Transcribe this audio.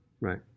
Right